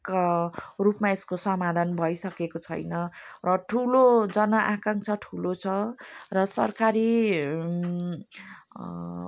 रूपमा यसको समाधान भइसकेको छैन र ठुलो जनआकाङ्क्षा ठुलो छ र सरकारी